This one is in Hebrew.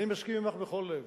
אני מסכים עמך בכל לב.